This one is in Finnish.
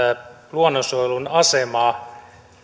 luonnonsuojelun asemaa